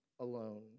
Alone